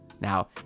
Now